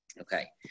Okay